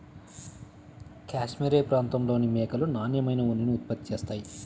cashmere ప్రాంతంలోని మేకలు నాణ్యమైన ఉన్నిని ఉత్పత్తి చేస్తాయి